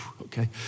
okay